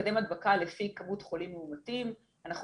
מקדם הדבקה לפי כמות חולים מאומתים אנחנו